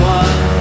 one